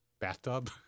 bathtub